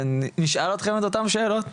ונשאל אתכם את אותן שאלות.